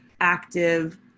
active